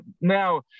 now